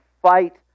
fight